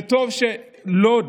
וטוב שבלוד